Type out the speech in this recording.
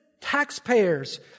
taxpayers